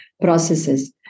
processes